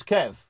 Kev